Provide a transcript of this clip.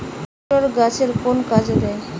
নিপটর গাছের কোন কাজে দেয়?